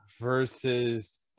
Versus